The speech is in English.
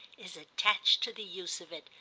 is attached to the use of it.